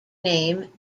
name